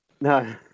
No